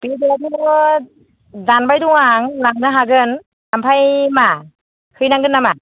बेदराथ' दानबाय दं आं लांनो हागोन ओमफा्राय मा हैनांगोन नामा